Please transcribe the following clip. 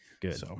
Good